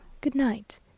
good-night